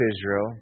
Israel